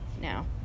now